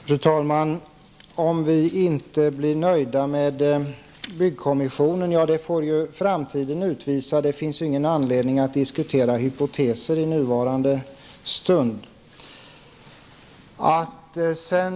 Fru talman! Eva Zetterberg undrade vad som som skulle hända om vi inte blir nöjda med byggkommissionen. Ja, det får framtiden utvisa. Det finns ingen anledning att här och nu diskutera hypoteser.